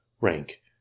Rank